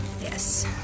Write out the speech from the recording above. Yes